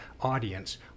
audience